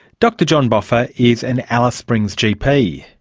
dr john boffa is an alice springs gp.